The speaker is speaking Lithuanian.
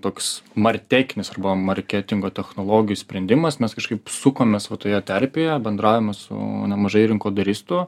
toks martekinis arba marketingo technologijų sprendimas mes kažkaip sukomės va toje terpėje bendraujame su nemažai rinkodaristų